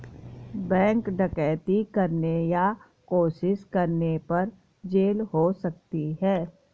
bank डकैती करने या कोशिश करने पर जेल हो सकती है